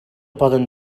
poden